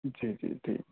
جی جی ٹھیک